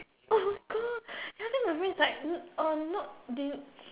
oh my God I think my friends like uh or not be